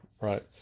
right